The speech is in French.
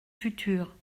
futures